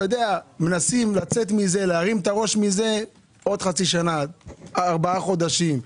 מנסים לצאת מזה - עוד חצי שנה, ארבעה חודשים.